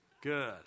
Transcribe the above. Good